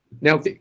Now